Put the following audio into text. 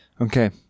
Okay